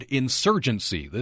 insurgency